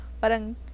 Parang